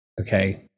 Okay